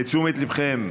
תשומת ליבכם,